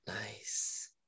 nice